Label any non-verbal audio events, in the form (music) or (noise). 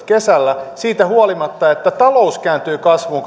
(unintelligible) kesällä kaksituhattaviisitoista siitä huolimatta että talous kääntyi kasvuun (unintelligible)